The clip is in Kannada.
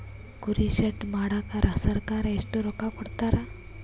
ಕುರಿ ಶೆಡ್ ಮಾಡಕ ಸರ್ಕಾರ ಎಷ್ಟು ರೊಕ್ಕ ಕೊಡ್ತಾರ?